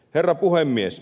herra puhemies